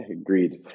Agreed